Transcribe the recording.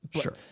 sure